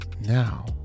Now